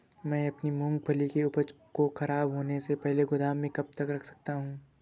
मैं अपनी मूँगफली की उपज को ख़राब होने से पहले गोदाम में कब तक रख सकता हूँ?